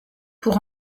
pour